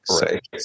Right